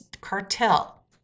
cartel